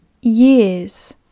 years